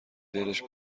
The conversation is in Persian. دلش